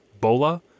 bola